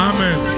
Amen